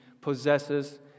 possesses